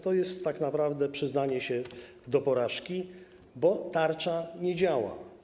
To jest tak naprawdę przyznanie się do porażki, bo tarcza nie działa.